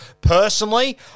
Personally